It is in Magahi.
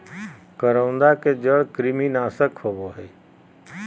करौंदा के जड़ कृमिनाशक होबा हइ